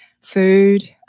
food